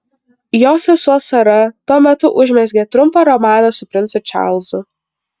jos sesuo sara tuo metu užmezgė trumpą romaną su princu čarlzu